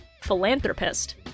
philanthropist